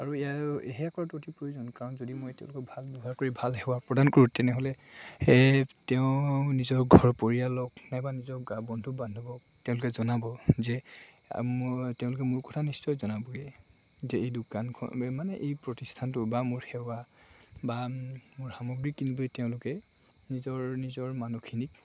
আৰু এয়া সেয়া কৰাটো অতি প্ৰয়োজন কাৰণ যদি মই তেওঁলোকক ভাল ব্যৱহাৰ কৰি ভাল সেৱা প্ৰদান কৰোঁ তেনেহ'লে এই তেওঁ নিজৰ ঘৰ পৰিয়ালক নাইবা নিজৰ গাঁৱৰ বন্ধু বান্ধৱক তেওঁলোকে জনাব যে মই তেওঁলোকে মোৰ কথা নিশ্চয় জনাবগৈ যে এই দোকানখন মানে এই প্ৰতিষ্ঠানটো বা মোৰ সেৱা বা মোৰ সামগ্ৰী কিনিবলৈ তেওঁলোকে নিজৰ নিজৰ মানুহখিনিক